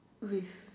with